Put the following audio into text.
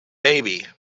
baby